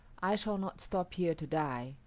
i shall not stop here to die.